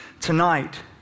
tonight